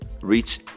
reach